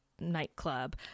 nightclub